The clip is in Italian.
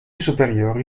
superiori